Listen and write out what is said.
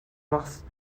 machst